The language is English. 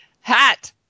hat